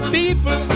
people